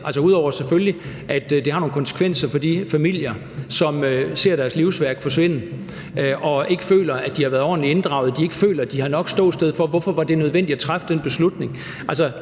ud over at det har nogle konsekvenser for de familier, som ser deres livsværk forsvinde og ikke føler, at de har været ordentligt inddraget, og ikke føler, at de har nok ståsted, i forhold til hvorfor det var nødvendigt at træffe den beslutning.